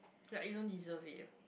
like you don't deserve it